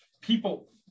People